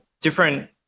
different